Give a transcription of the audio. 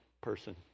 person